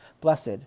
blessed